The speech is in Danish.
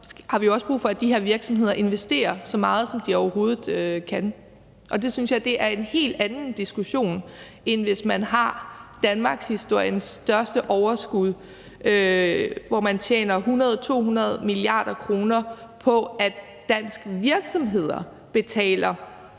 har vi også brug for, at de her virksomheder investerer så meget, som de overhovedet kan. Og det synes jeg er en helt anden diskussion, end hvis man har danmarkshistoriens største overskud, hvor man tjener 100-200 mia. kr. på, at danske virksomheder betaler